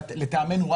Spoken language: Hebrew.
לטעמנו,